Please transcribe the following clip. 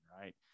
right